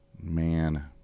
Man